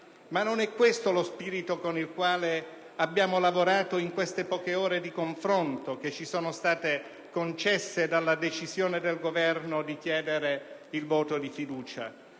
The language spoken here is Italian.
Ma non è questo lo spirito con il quale abbiamo lavorato in queste poche ore di confronto che ci sono state concesse dalla decisione del Governo di chiedere il voto di fiducia.